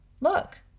Look